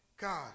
God